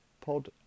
Pod